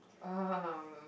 um